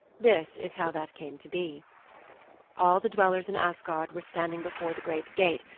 this is how that came to be all the dwellers in asgard were standing before the great gate,